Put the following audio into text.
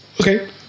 Okay